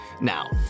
Now